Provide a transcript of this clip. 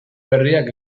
berriak